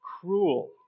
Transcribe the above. cruel